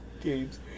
games